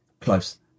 Close